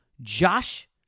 Josh